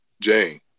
Jane